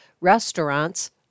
restaurants